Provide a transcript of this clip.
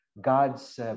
God's